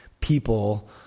people